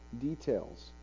details